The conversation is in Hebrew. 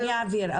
אני אעביר,